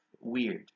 weird